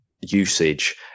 usage